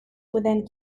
within